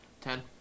Ten